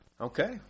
Okay